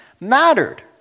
mattered